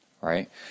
right